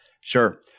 Sure